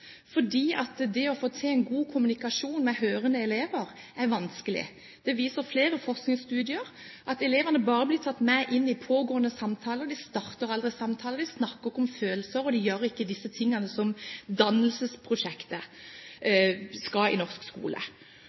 det å få til en god kommunikasjon med hørende elever er vanskelig. Flere forskningsstudier viser at elevene bare blir tatt med inn i pågående samtaler, de starter aldri samtaler, de snakker ikke om følelser, og de gjør ikke disse tingene som dannelsesprosjektet skal i norsk skole.